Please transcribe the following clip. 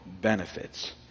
benefits